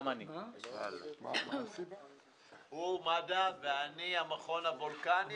הוא בשל מד"א, ואני בשל המכון הוולקני.